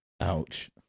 Ouch